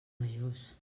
majors